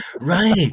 Right